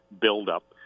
buildup